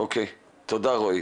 תודה רועי.